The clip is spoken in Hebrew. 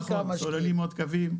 נכון, סוללים עוד קווים,